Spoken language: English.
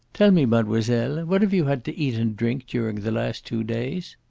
tell me, mademoiselle, what have you had to eat and drink during the last two days?